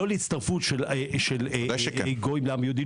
לא להצטרפות של גוי בעם יהודי.